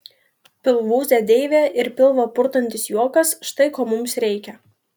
pilvūzė deivė ir pilvą purtantis juokas štai ko mums reikia